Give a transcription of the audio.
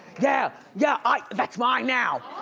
yeah, yeah ah that's mine now!